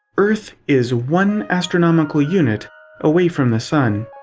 earth is one astronomical unit away from the sun.